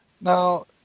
Now